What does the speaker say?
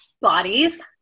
bodies